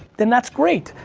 then that's great.